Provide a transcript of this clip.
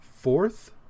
Fourth